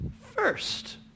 first